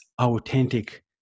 authentic